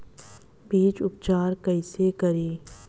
बीज उपचार कईसे करी?